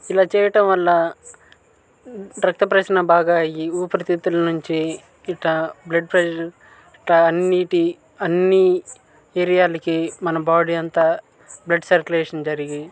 ఇలా చేయటం వల్ల రక్తప్రసరణ బాగా అయ్యి ఊపిరితిత్తుల నుంచి ఇట్టా బ్లడ్ ప్రెజర్ ఇట్టా అన్నిటి అన్ని ఏరియాలకి మన బాడీ అంతా బ్లడ్ సర్కులేషన్ జరిగి